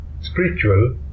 spiritual